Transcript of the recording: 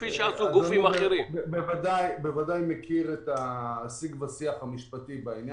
אתה בוודאי מכיר את השיג ושיח המשפטי על אם